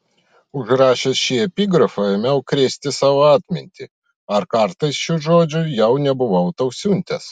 užrašęs šį epigrafą ėmiau krėsti savo atmintį ar kartais šių žodžių jau nebuvau tau siuntęs